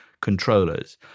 controllers